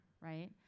right